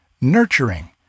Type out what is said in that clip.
nurturing